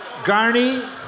Garney